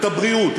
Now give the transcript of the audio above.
בריאות,